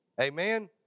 Amen